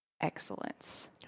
excellence